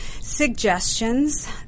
suggestions